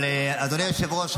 אבל אדוני היושב-ראש,